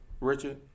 Richard